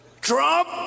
Trump